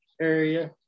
area